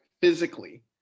physically